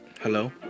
hello